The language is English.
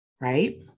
right